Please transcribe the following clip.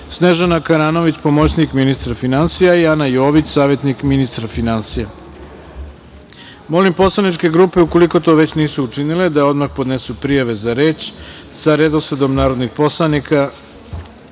Snežana Karanović, pomoćnik ministra finansija, i Ana Jović, savetnik ministra finansija. Molim poslaničke grupe, ukoliko to već nisu učinile, da odmah podnesu prijave za reč sa redosledom narodnih poslanika. Saglasno